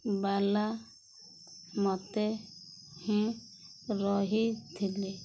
ବାଲା ମୋତେ ହିଁ ରହିଥିଲି